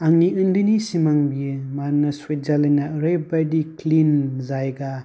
आंनि उन्दैनि सिमां बेयो मानोना सुइजारलेण्डआ ओरैबादि क्लिन जायगा